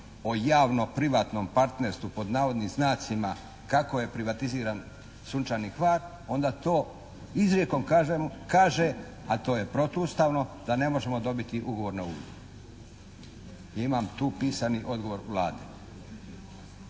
o javno privatnom partnerstvu pod navodnim znacima, kako je privatiziran "Sunčani Hvar" onda to izrijekom kaže, a to je protuustavno, da ne možemo dobiti ugovor na uvid. Imam tu pisani odgovor Vlade.